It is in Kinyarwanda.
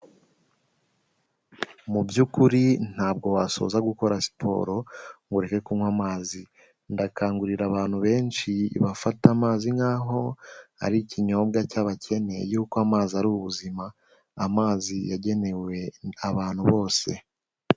Mu by'ukuri ntabwo wasoza gukora siporo ngo ureke kunywa amazi. Ndakangurira abantu benshi, bafata amazi nk'aho ari ikinyobwa cy'abakeneye y'uko amazi ari ubuzima, amazi yagenewe abantu bose.